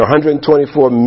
124